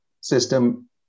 system